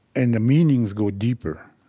and the meanings go deeper.